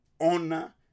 honor